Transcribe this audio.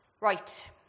Right